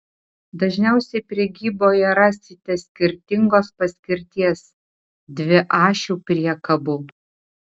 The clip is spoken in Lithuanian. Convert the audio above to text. dažniausiai prekyboje rasite skirtingos paskirties dviašių priekabų